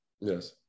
Yes